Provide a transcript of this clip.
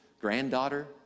granddaughter